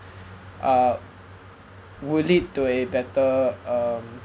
uh would lead to a better um